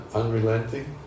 unrelenting